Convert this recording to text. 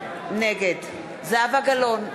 נגד זהבה גלאון,